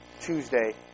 Tuesday